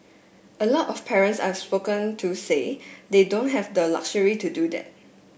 a lot of parents I've spoken to say they don't have the luxury to do that